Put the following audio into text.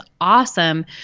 awesome